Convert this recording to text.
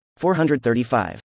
435